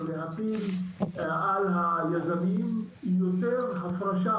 זאת אומרת להטיל על היזמים יותר הפרשה